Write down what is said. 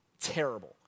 terrible